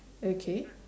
okay